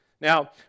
Now